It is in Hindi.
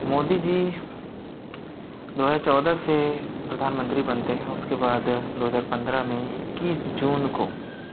मोदी जी दो हजार चौदह से प्रधानमँत्री बनते हैं उसके बाद दो हजार पँद्रह में इक्कीस जून को